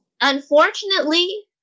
unfortunately